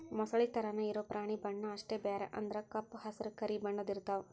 ಮೊಸಳಿ ತರಾನ ಇರು ಪ್ರಾಣಿ ಬಣ್ಣಾ ಅಷ್ಟ ಬ್ಯಾರೆ ಅಂದ್ರ ಕಪ್ಪ ಹಸರ, ಕರಿ ಬಣ್ಣದ್ದು ಇರತಾವ